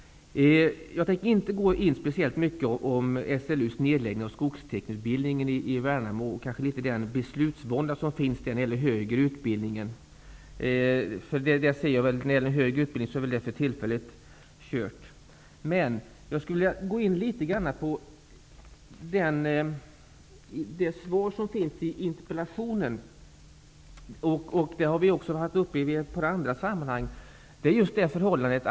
Jag tänker inte närmare gå in på SLU:s nedläggning av skogsteknikerutbildningen i Värnamo. Jag tänker inte heller gå in på den beslutsvånda som verkar finnas när det gäller den högre utbildningen, eftersom det redan antagligen är för sent. Jag tänker däremot gå in på det svar som lämnades på interpellationen.